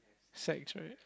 sex right